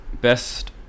best